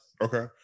okay